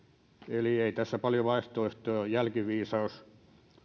eli ei tässä paljon vaihtoehtoja ole ja jälkiviisaus